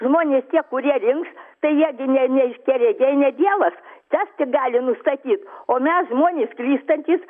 žmonės tie kurie rinks tai jie gi ne ne aiškiaregiai ne dievas tas tik gali nustatyt o mes žmonės klystantys